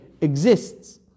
exists